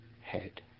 head